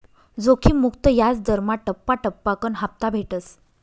जोखिम मुक्त याजदरमा टप्पा टप्पाकन हापता भेटस